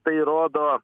tai rodo